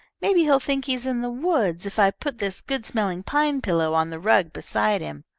maybe he'll think he is in the woods if i put this good-smelling pine pillow on the rug beside him.